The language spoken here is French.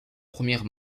première